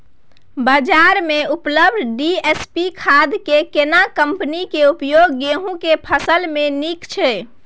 बाजार में उपलब्ध डी.ए.पी खाद के केना कम्पनी के उपयोग गेहूं के फसल में नीक छैय?